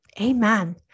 Amen